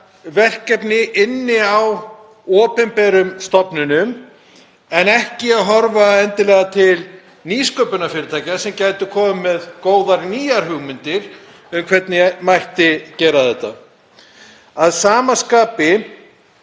verkefni inni á opinberum stofnunum en ekki endilega verið að horfa til nýsköpunarfyrirtækja sem gætu komið með góðar nýjar hugmyndir um hvernig mætti gera þetta. Að sama skapi